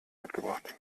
mitgebracht